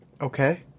Okay